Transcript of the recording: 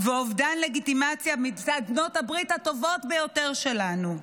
ואובדן לגיטימציה מצד בעלות הברית הטובות ביותר שלנו.